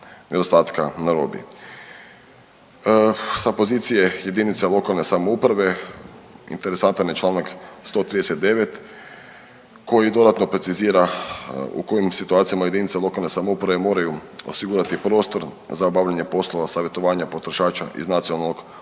nedostatka na robi. Sa pozicija lokalne samouprave interesantan je Članak 139. koji dodatno precizira u kojim situacijama jedinica lokalne samouprave moraju osigurati prostor za obavljanje poslova savjetovanja potrošača iz nacionalnog programa